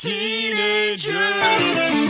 Teenagers